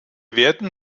werden